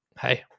hey